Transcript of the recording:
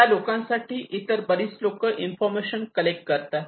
त्या लोकांसाठी इतर बरीच लोकं इन्फॉर्मेशन कलेक्ट करतात